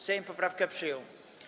Sejm poprawkę przyjął.